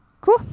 cool